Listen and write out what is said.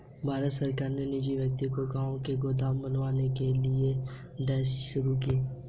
भारत सरकार ने निजी व्यक्ति को गांव में गोदाम बनवाने के लिए यह योजना शुरू की है